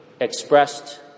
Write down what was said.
expressed